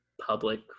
public